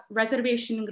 reservation